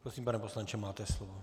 Prosím, pane poslanče, máte slovo.